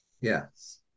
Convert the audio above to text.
Yes